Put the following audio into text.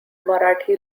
marathi